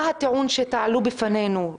מה הטיעון שתעלו בפנינו.